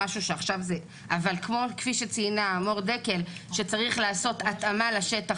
אבל כפי שציינה מור דקל שצריך לעשות התאמה לשטח